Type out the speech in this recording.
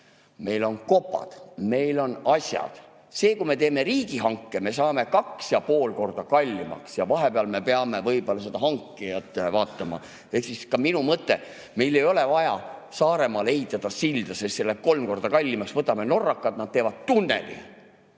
meil on kopad, meil on asjad. See, kui me teeme riigihanke, me saame 2,5 korda kallima ja vahepeal me peame võib-olla seda hankijat vaatama. Ehk minu mõte on see, et meil ei ole vaja Saaremaale ehitada silda, sest see läheb kolm korda kallimaks. Võtame norrakad, nad teevad tunneli